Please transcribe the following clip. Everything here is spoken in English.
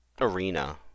arena